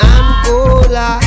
Angola